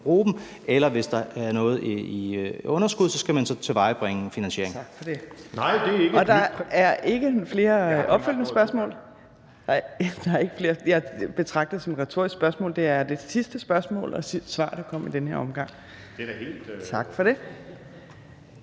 bruge det, og hvis der er noget i underskud, skal man så tilvejebringe finansiering.